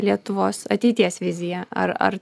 lietuvos ateities viziją ar ar